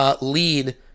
lead